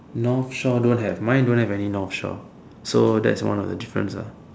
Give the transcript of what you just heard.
North shore don't have mine don't have any North shore so that's one of the difference ah